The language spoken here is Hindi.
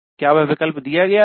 क्या वह विकल्प दिया गया था